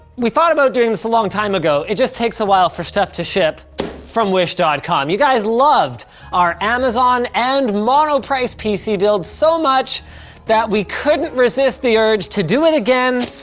we thought about doing this a long time ago. it just takes awhile for stuff to ship from wish and com. you guys loved our amazon and monoprice pc builds so much that we couldn't resist the urge to do it again,